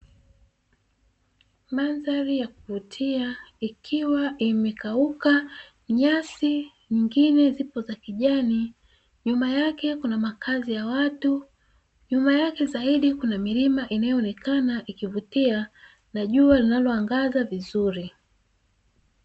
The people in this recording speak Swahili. madhari ya kuvutia, ikiwa imekauka nyasi, nyingine zipo za kijani, nyuma yake kuna makazi ya watu, nyuma yake zaidi kuna milima inayoonekana ikivutia na jua linaloangaza vizuri.